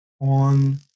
on